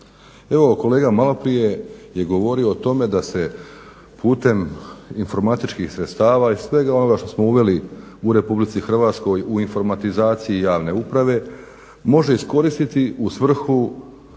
Evo kolega maloprije je govorio o tome da se putem informatičkih sredstava i svega onoga što smo uveli u Republici Hrvatskoj u informatizaciji javne uprave može iskoristiti u svrhu,